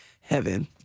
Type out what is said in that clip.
heaven